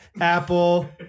Apple